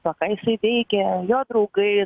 to ką jisai veikia jo draugai